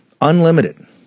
Unlimited